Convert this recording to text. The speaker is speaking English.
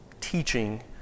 teaching